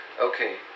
Okay